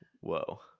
Whoa